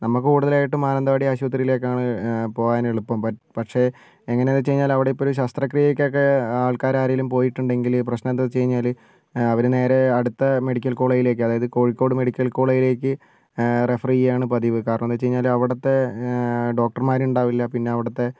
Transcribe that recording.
നമുക്ക് കൂടുതലായിട്ടും മാനന്തവാടി ആശുപത്രിയിലേക്കാണ് പോകാൻ എളുപ്പം ബട്ട് പക്ഷേ എങ്ങനെന്നു വെച്ചുകഴിഞ്ഞാൽ ഇപ്പോൾ ഒരു ശാസ്ത്രക്രിയക്കൊക്കെ ആൾക്കാരാരെലും പോയിട്ടുണ്ടെങ്കിൽ പ്രശ്നം എന്താന്നു വെച്ചുകഴിഞ്ഞാൽ അവർ നേരെ അടുത്ത മെഡിക്കൽ കോളേജിലേക്ക് അതായത് കോഴിക്കോട് മെഡിക്കൽ കോളേജിലേക്ക് റെഫർ ചെയ്യുവാണ് പതിവ് കാരണം എന്താന്നു വെച്ചുകഴിഞ്ഞാൽ അവിടുത്തെ ഡോക്ടർമാരുണ്ടാവില്ല പിന്നെ അവിടുത്തെ